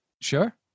sure